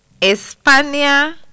España